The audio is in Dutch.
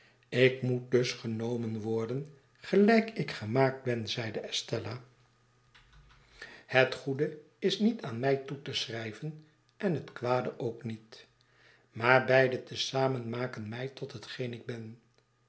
ik moet dus genomen worden gelijk ik gernaakt ben zeide estella het goede is niet aan mij toe te schrijven en het kwade ook niet maar beide te zaraen maken mij tot hetgeen ik ben